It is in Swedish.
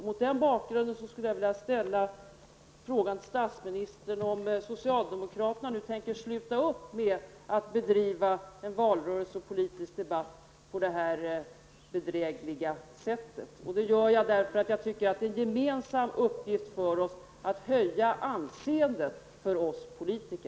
Mot den bakgrunden skulle jag vilja fråga statsministern om socialdemokraterna tänker sluta med att bedriva en valrörelse och politisk debatt på det här bedrägliga sättet. Jag gör det därför att jag tycker att det är en gemensam uppgift för oss politiker att försöka höja vårt anseende.